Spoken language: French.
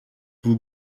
vous